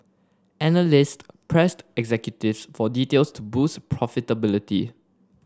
analyst pressed executive for details to boost profitability